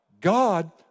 God